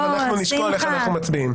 אנחנו נשקול איך אנחנו מצביעים.